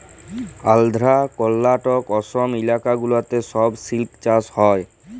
আল্ধ্রা, কর্লাটক, অসম ইলাকা গুলাতে ছব সিল্ক চাষ হ্যয়